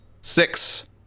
Six